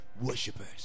worshippers